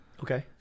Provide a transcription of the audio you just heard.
Okay